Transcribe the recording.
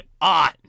on